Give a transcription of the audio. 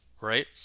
right